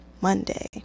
Monday